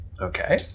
okay